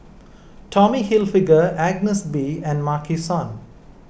Tommy Hilfiger Agnes B and Maki San